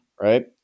Right